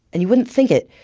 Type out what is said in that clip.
and you wouldn't think it,